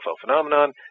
phenomenon